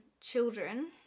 children